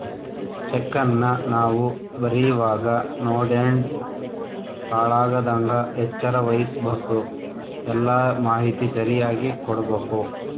ಚೆಕ್ಕನ್ನ ನಾವು ಬರೀವಾಗ ನೋಡ್ಯಂಡು ಹಾಳಾಗದಂಗ ಎಚ್ಚರ ವಹಿಸ್ಭಕು, ಎಲ್ಲಾ ಮಾಹಿತಿ ಸರಿಯಾಗಿ ಕೊಡ್ಬಕು